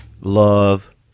Love